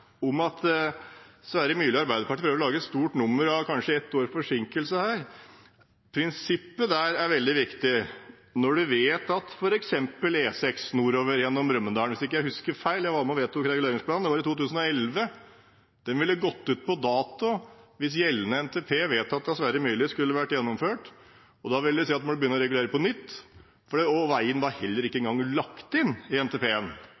Sverre Myrli og Arbeiderpartiet prøver å lage et stort nummer ut av kanskje ett års forsinkelse her, men prinsippet der er veldig viktig, når du vet at f.eks. E6 nordover gjennom Brumunddal – hvis jeg ikke husker feil, jeg var med og vedtok reguleringsplanen, det var i 2011 – ville gått ut på dato hvis gjeldende NTP, vedtatt av Sverre Myrli, skulle vært gjennomført. Det vil si at vi måtte begynt å regulere på nytt, og veien var heller ikke engang lagt inn i